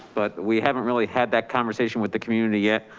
but we haven't really had that conversation with the community yet.